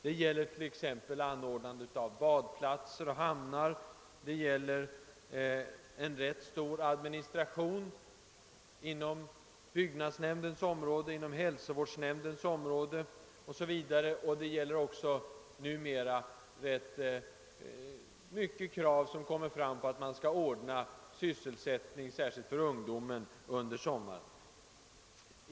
Det gäller t.ex. anordnande av badplatser och hamnar, det gäller en ganska stor administration på byggnadsnämndens och hälsovårdsnämndens område o.s.v. Dessutom aktualiseras numera behovet att kommunen ordnar fritidssysselsättning under sommaren, särskilt för ungdomen.